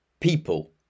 people